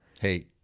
Hey